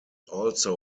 also